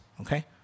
okay